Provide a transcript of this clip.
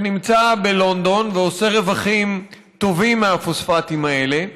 שנמצא בלונדון ועושה רווחים טובים מהפוספטים האלה.